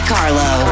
Carlo